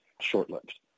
short-lived